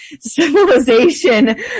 civilization